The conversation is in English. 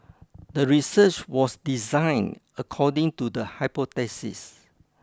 the research was designed according to the hypothesis